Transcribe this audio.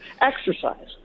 Exercise